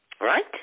right